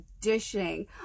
dishing